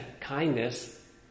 kindness